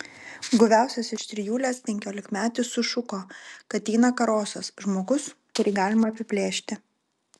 guviausias iš trijulės penkiolikmetis sušuko kad eina karosas žmogus kurį galima apiplėšti